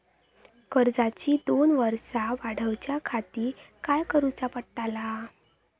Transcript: कर्जाची दोन वर्सा वाढवच्याखाती काय करुचा पडताला?